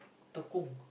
Tekong